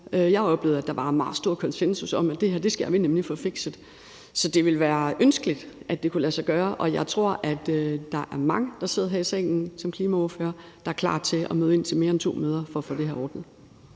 Jeg oplevede, at der var en meget stor konsensus om, at vi nemlig skal få fikset det her. Så det vil være ønskeligt, at det kunne lade sig gøre, og jeg tror, at der er mange, der sidder her i salen som klimaordførere, der er klar til at møde ind til mere end to møder for at få det her ordnet.